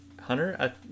Hunter